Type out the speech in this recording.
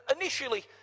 initially